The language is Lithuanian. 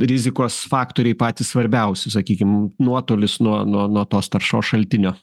rizikos faktoriai patys svarbiausi sakykim nuotolis nuo nuo nuo tos taršos šaltinio